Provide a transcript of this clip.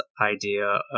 idea